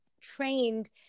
trained